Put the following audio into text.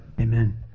Amen